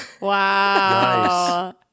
Wow